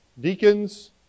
deacons